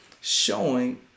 showing